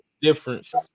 difference